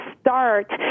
start